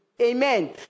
Amen